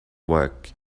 work